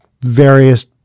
various